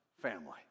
family